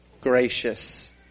gracious